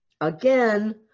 Again